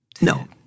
No